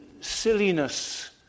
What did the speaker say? silliness